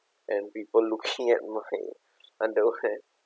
and people looking at my underwear